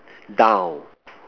down